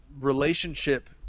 relationship